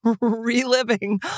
reliving